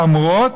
למרות